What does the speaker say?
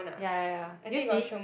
yeah yeah yeah did you see